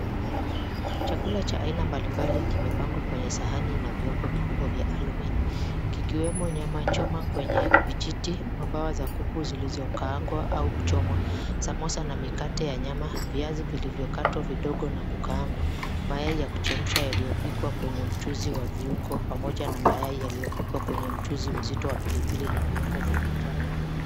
Chakula cha aina mbalimbali kimepangwa kwa sahani na viombo vikubwa vya alumini, kikiwemo nyama choma kwenye vijiti, mabaya ya kuku zilizokaangwa au kuchomwa, samosa na mikate ya nyama, viazi vilivyokatwa vidogo na kukaangwa, mayai ya kuchemshwa yaliyopikwa kwenye mchuzi wa viungo pamoja na mayai yaliyopikwa kwa mchuzi mzito wa pilipili na viungo vya kijani.